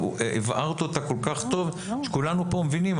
הבהרת אותה כל כך טוב שכולנו פה מבינים,